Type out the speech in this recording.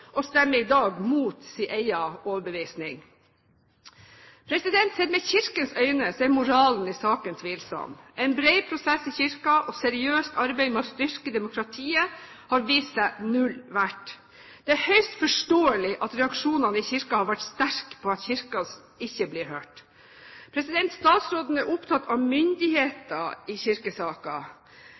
og stemmer i dag mot sin egen overbevisning. Sett med Kirkens øyne er moralen i saken tvilsom. En bred prosess i Kirken og et seriøst arbeid med å styrke demokratiet har vist seg null verdt. Det er høyst forståelig at reaksjonene fra Kirken har vært sterke på at Kirken ikke blir hørt. Statsråden er opptatt av myndigheter i kirkesaker.